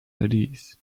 ideas